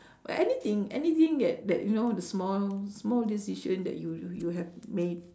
we~ anything anything that that you know the small the small decision that you you you you have made